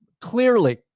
clearly